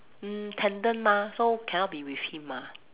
mm tandem mah so cannot be with him ah